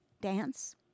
dance